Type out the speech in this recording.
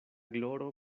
gloro